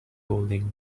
holding